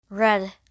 Red